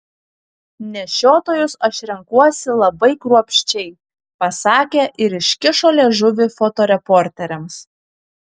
nešiotojus aš renkuosi labai kruopščiai pasakė ir iškišo liežuvį fotoreporteriams